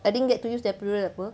I didn't get to use the epidural apa